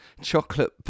chocolate